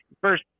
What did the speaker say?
first